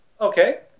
Okay